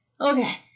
Okay